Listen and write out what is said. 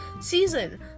season